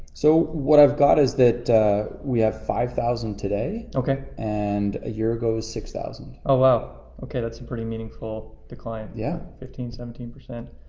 so what i've got is that we have five thousand today. okay. and a year ago is six thousand. oh, wow, okay, that's a pretty meaningful decline. yeah. fifteen, seventeen percent